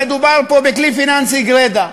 מדובר פה בכלי פיננסי גרידא,